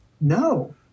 No